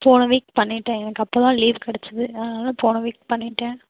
போன வீக் பண்ணிவிட்டேன் எனக்கு அப்போதான் லீவ் கிடச்சிது அதனால் போன வீக் பண்ணிவிட்டேன்